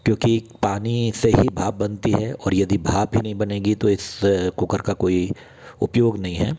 क्योंकि पानी से ही भाप बनती है और यदि भाप ही नहीं बनेगी तो इस कुकर का कोई उपयोग नहीं है